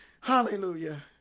Hallelujah